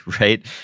right